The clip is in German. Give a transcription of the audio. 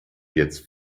jetzt